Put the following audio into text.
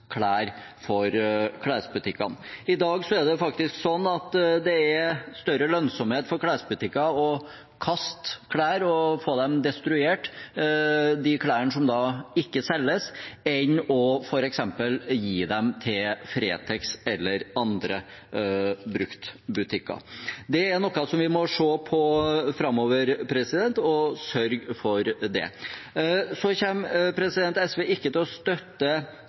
I dag er det faktisk sånn at det har større lønnsomhet for klesbutikkene å kaste klær og få dem destruert – de klærne som ikke selges – enn f.eks. å gi dem til Fretex eller andre bruktbutikker. Det er noe vi må se på framover, sørge for det. Så kommer SV ikke til å støtte